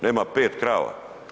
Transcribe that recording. Nema 5 krava.